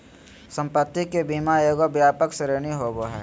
संपत्ति के बीमा एगो व्यापक श्रेणी होबो हइ